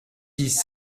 dix